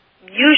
usually